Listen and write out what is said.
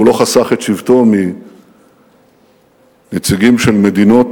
הוא לא חסך את שבטו מנציגים של מדינות